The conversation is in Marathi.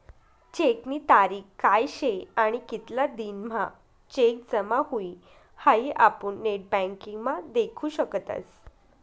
चेकनी तारीख काय शे आणि कितला दिन म्हां चेक जमा हुई हाई आपुन नेटबँकिंग म्हा देखु शकतस